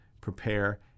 prepare